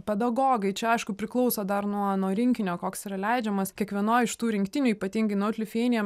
pedagogai čia aišku priklauso dar nuo rinkinio koks yra leidžiamas kiekvienoje iš tų rinktinių ypatingai naut lithuania